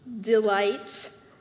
delight